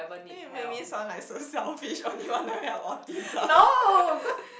why you make me sound like so selfish only want to help autism